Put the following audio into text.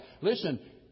Listen